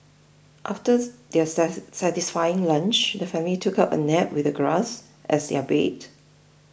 after their satisfying lunch the family took a nap with the grass as their bed